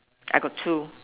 I got two